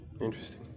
Interesting